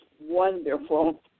wonderful